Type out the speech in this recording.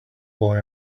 boy